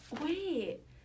Wait